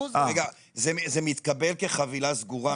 זה מתקבל כחבילה סגורה מראש?